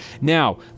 Now